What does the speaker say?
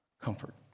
Comfort